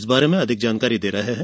इस बारे में अधिक जानकारी दे रहे हैं